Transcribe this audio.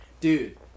Dude